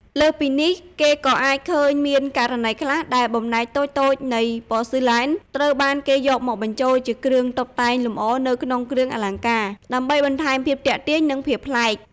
លើសពីនេះ គេក៏អាចឃើញមានករណីខ្លះដែលបំណែកតូចៗនៃប៉សឺឡែនត្រូវបានគេយកមកបញ្ចូលជាគ្រឿងតុបតែងលម្អនៅក្នុងគ្រឿងអលង្ការ ដើម្បីបន្ថែមភាពទាក់ទាញ និងភាពប្លែក។